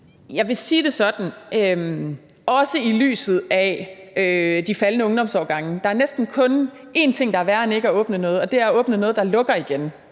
Jeg vil sige det sådan, også i lyset af de faldende ungdomsårgange, at der næsten kun er én ting, der er værre end ikke at åbne noget, og det er at åbne noget, der lukker igen,